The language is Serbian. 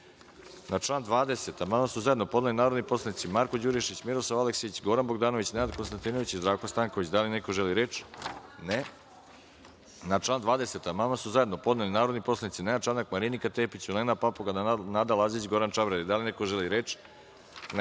član 13. amandman su zajedno podneli narodni poslanici Marko Đurišić, Miroslav Aleksić, Goran Bogdanović, Nenad Konstatinović i Zdravko Stanković. Da li neko želi reč? (Ne)Na član 13. amandman su zajedno podneli narodni poslanici Nenad Čanak, Marinika Tepić, Olena Papuga, Nada Lazić i Goran Čabradi. Da li neko želi reč?